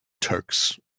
Turks